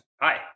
Hi